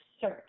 search